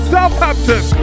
Southampton